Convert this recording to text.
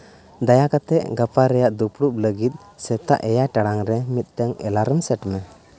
ᱫᱟᱭᱟ ᱠᱟᱛᱮᱫ ᱜᱟᱯᱟ ᱨᱮᱭᱟᱜ ᱫᱩᱯᱲᱩᱵ ᱞᱟᱹᱜᱤᱫ ᱥᱮᱛᱟᱜ ᱮᱭᱟᱭ ᱴᱟᱲᱟᱝ ᱨᱮ ᱢᱤᱫᱴᱟᱝ ᱮᱞᱟᱨᱢ ᱥᱮᱴ ᱢᱮ